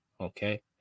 Okay